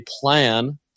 plan